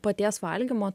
paties valgymo